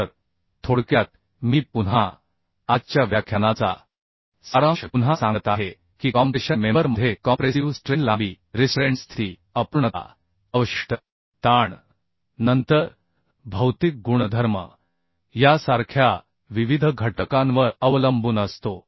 तर थोडक्यात मी पुन्हा आजच्या व्याख्यानाचा सारांश पुन्हा सांगत आहे की कॉम्प्रेशन मेंबर मध्ये कॉम्प्रेसिव स्ट्रेन लांबी रिस्ट्रेंट स्थिती अपूर्णता अवशिष्ट ताण नंतर भौतिक गुणधर्म यासारख्या विविध घटकांवर अवलंबून असतो